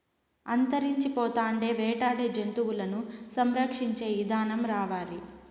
అంతరించిపోతాండే వేటాడే జంతువులను సంరక్షించే ఇదానం రావాలి